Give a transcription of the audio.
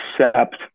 accept